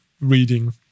reading